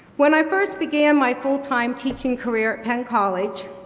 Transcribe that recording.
when i first began my full-time teaching career at penn college,